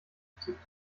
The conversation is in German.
vertickt